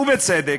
ובצדק.